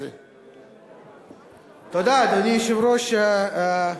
אדוני היושב-ראש, תודה,